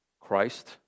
Christ